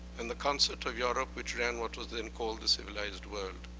and the concert of europe, which ran what was then called the civilized world,